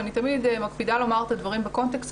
ואני תמיד מקפידה לומר את הדברים בקונטקסט